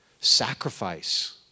sacrifice